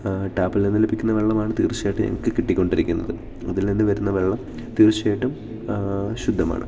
ടാപ്പിൽ നിന്ന് ലഭിക്കുന്ന വെള്ളമാണ് തീർച്ചയായിട്ടും ഞങ്ങൾക്ക് കിട്ടിക്കൊണ്ടിരിക്കുന്നത് അതിൽ നിന്ന് വരുന്ന വെള്ളം തീർച്ചയായിട്ടും ശുദ്ധമാണ്